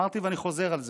אמרתי, ואני חוזר על זה.